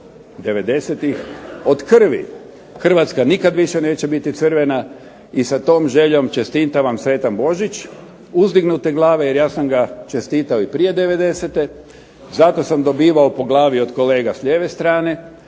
od krvi. Hrvatska nikad više neće biti crvena i sa tom željom čestitam vam sretan Božić uzdignute glave jer ja sam ga čestitao i prije '90., zato sam dobivao po glavi od kolega s lijeve strane